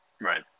Right